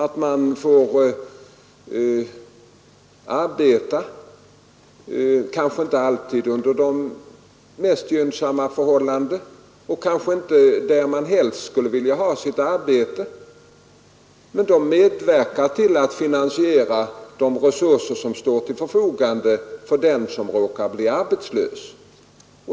De får kanske inte alltid arbeta under de mest gynsamma förhållanden och kanske inte där de helst skulle vilja ha sitt arbete men ändå medverka till att finansiera de resurser som står till förfogande för den som råkar bli arbetslös.